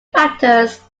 factors